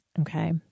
Okay